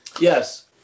yes